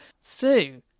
Sue